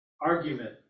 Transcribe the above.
argument